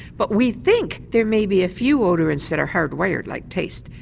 but we think there may be a few odorants that are hardwired like taste,